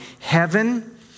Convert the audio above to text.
heaven